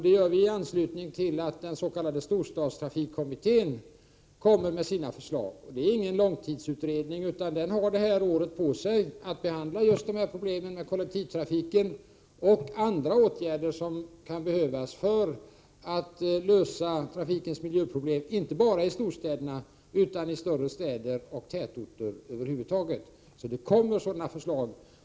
Det gör vi i anslutning till att den s.k. storstadstrafikkommittén kommer med sina förslag. Den är ingen långtidsutredning, utan den har detta år på sig att behandla just dessa problem med kollektivtrafiken och andra åtgärder som kan behövas för att lösa miljöproblemen med trafiken inte bara i storstäderna utan i större städer och tätorder över huvud taget. Det kommer sådana förslag.